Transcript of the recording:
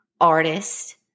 artist